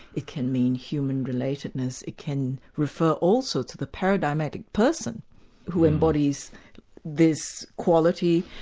it can mean human relatedness, it can refer also to the paradigmatic person who embodies this quality,